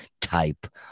type